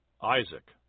Isaac